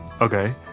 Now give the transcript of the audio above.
Okay